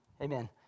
Amen